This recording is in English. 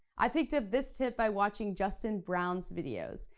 i picked up this tip by watching justin brown's videos.